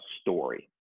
story